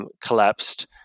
collapsed